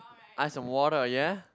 ice and water ya